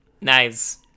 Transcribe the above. Nice